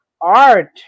art